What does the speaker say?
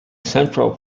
central